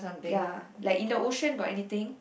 ya like in the ocean got anything